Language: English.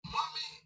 Mommy